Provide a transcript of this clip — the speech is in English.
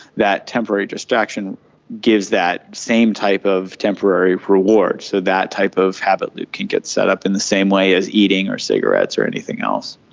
that temporary distraction gives that same type of temporary reward. so that type of habit loop can get set up in the same way as eating or cigarettes or anything else.